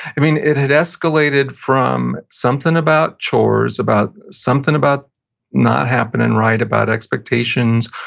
i mean, it had escalated from something about chores, about something about not happening right about expectations,